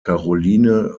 caroline